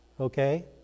okay